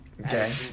Okay